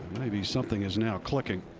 maybe something is now clicking.